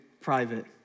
private